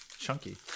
chunky